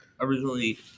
originally